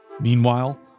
Meanwhile